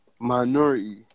minority